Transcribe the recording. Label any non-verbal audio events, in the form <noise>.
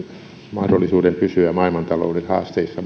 mahdollisuuden pysyä maailmantalouden haasteissa <unintelligible>